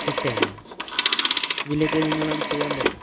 എട്ട് ഒന്ന് ആണ് ഇതിലേക്ക് നിങ്ങൾ ഒന്ന് ചെയ്യാൻ പറ്റുമോ